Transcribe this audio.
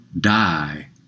die